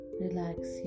relax